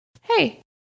Hey